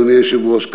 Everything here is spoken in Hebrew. אדוני היושב-ראש,